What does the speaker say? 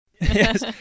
Yes